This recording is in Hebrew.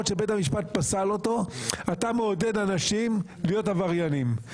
שבית המשפט פסל אותו - אתה מעודד אנשים להיות עבריינים.